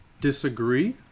disagree